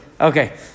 Okay